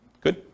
Good